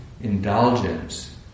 indulgence